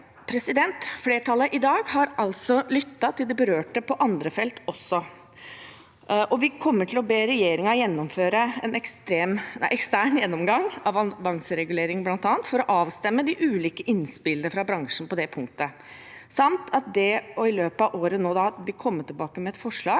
Flertallet i dag har også lyttet til de berørte på andre felt. Vi kommer til å be regjeringen gjennomføre en ekstern gjennomgang av avanseregulering, bl.a., for å avstemme de ulike innspillene fra bransjen på det punktet, og i løpet av året komme tilbake med et forslag